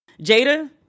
Jada